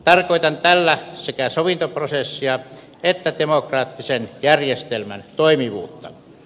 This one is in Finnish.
tarkoitan tällä sekä sovintoprosessia että demokraattisen järjestelmän toimivuutta